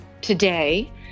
Today